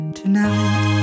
tonight